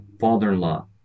father-in-law